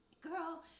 girl